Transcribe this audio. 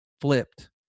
flipped